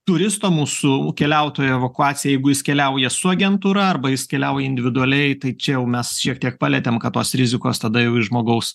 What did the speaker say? turisto mūsų keliautojo evakuacija jeigu jis keliauja su agentūra arba jis keliauja individualiai tai čia jau mes šiek tiek palietėm kad tos rizikos tada jau į žmogaus